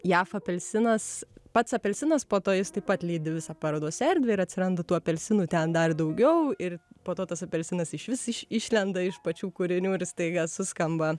jav apelsinas pats apelsinas po to jis taip pat lydi visą parodos erdvę ir atsiranda tų apelsinų ten dar daugiau ir po to tas apelsinas išvis iš išlenda iš pačių kūrinių ir staiga suskamba